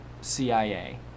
cia